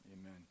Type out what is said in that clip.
Amen